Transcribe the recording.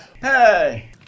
Hey